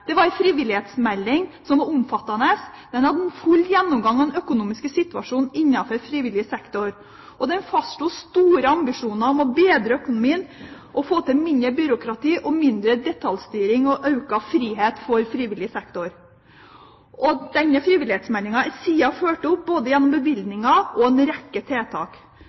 Det var en frivillighetsmelding som var omfattende. Den hadde en full gjennomgang av den økonomiske situasjonen innenfor frivillig sektor. Den fastslo store ambisjoner om å bedre økonomien, få til mindre byråkrati og mindre detaljstyring og øke frihet for frivillig sektor. Denne frivillighetsmeldingen er siden fulgt opp både gjennom bevilgninger og en rekke tiltak.